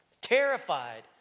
Terrified